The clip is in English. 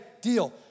deal